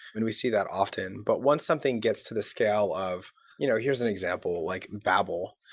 and we see that often but once something gets to the scale of you know here's an example, like babel.